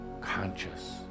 conscious